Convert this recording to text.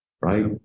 right